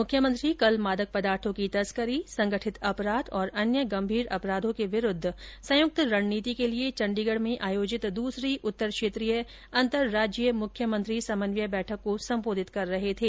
मुख्यमंत्री कल मादक पदाधों की तस्करी संगठित अपराध और अन्य गंभीर अपराधों के विरूद्व संयुक्त रणनीति के लिए चंडीगढ़ में आयोजित दूसरी उत्तर क्षेत्रीय अन्तरराज्यीय मुख्यमंत्री समन्वय बैठक को संबोधित कर रहे थे